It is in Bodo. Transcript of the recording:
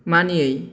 मानियै